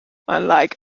unlike